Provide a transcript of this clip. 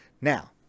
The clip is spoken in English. Now